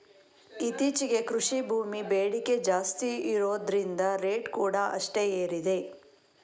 ಇತ್ತೀಚೆಗೆ ಕೃಷಿ ಭೂಮಿ ಬೇಡಿಕೆ ಜಾಸ್ತಿ ಇರುದ್ರಿಂದ ರೇಟ್ ಕೂಡಾ ಅಷ್ಟೇ ಏರಿದೆ